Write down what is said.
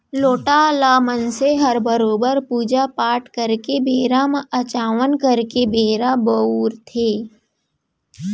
लोटा ल मनसे हर बरोबर पूजा पाट करे के बेरा म अचावन करे के बेरा बउरथे